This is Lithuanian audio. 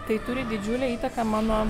tai turi didžiulę įtaką mano